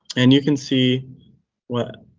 and you can see what